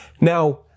Now